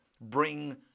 Bring